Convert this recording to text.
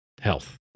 health